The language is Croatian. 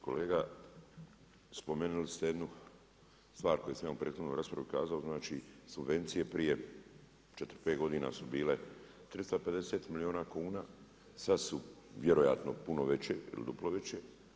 Kolega, spomenuli ste jednu stvar koju sam u prethodnoj raspravi kazao znači subvencije prije 4, 5 godina su bile 350 milijuna kuna, sada su vjerojatno puno veće ili duplo veće.